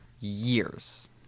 Years